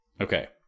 Okay